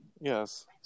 Yes